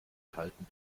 kalten